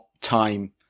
time